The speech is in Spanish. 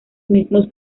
mismos